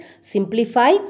simplify